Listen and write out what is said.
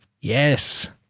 Yes